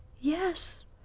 yes